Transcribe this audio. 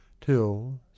till